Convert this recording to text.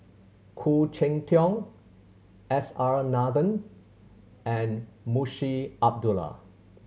Khoo Cheng Tiong S R Nathan and Munshi Abdullah